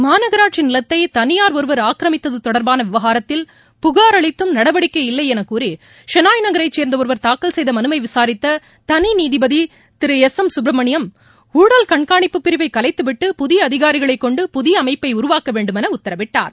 மாநகராட்சி நிலத்தை தனியார் ஒருவர் ஆக்கிரமித்தது தொடர்பான விவகாரத்தில் புகார் அளித்தும் நடவடிக்கை இல்லை என கூறி ஷெனாய் நகரைச்சேர்ந்த ஒருவர் தாக்கல் செய்த மனுவை விசாரித்த தனி நீதிபதி திரு எஸ் எம் சுப்பிரமணியம் ஊழல் கண்காணிப்பு பிரிவை கலைத்து விட்டு புதிய அதிகாரிகளை கொண்டு புதிய அமைப்பை உருவாக்கவேண்டும் என உத்தரவிட்டார்